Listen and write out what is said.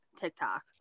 TikTok